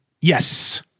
Yes